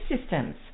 systems